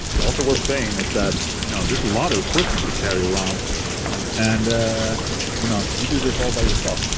also worth saying is that you know, there's a lot of equipment to carry around and you know, you do this all by yourself.